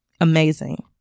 amazing